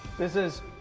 this is,